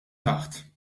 taħt